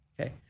Okay